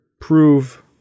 prove